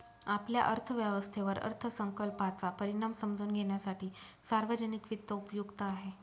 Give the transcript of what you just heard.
आपल्या अर्थव्यवस्थेवर अर्थसंकल्पाचा परिणाम समजून घेण्यासाठी सार्वजनिक वित्त उपयुक्त आहे